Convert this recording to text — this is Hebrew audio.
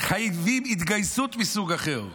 חייבים התגייסות מסוג אחר.